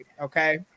Okay